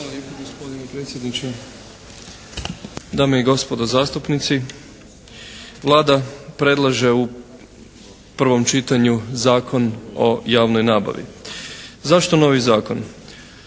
Hvala lijepo gospodine predsjedniče. Dame i gospodo zastupnici Vlada predlaže u prvom čitanju Zakon o javnoj nabavi. Zašto novi zakon?